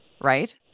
right